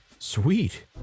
Sweet